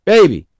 Baby